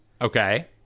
Okay